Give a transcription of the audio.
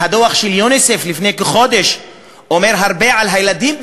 הדוח של יוניסף מלפני כחודש אומר הרבה על הילדים בישראל,